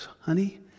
honey